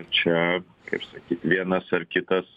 čia kaip sakyt vienas ar kitas